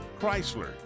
Chrysler